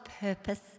purpose